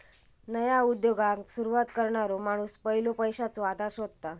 नया उद्योगाक सुरवात करणारो माणूस पयलो पैशाचो आधार शोधता